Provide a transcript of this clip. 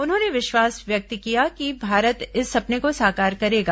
उन्होंने विश्वास व्यक्त किया कि भारत इस सपने को साकार करेगा